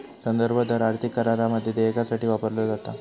संदर्भ दर आर्थिक करारामध्ये देयकासाठी वापरलो जाता